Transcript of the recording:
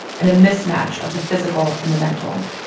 and a mismatch of the physical and the mental.